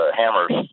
hammers